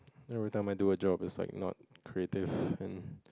you know every time I do a job it's like not creative and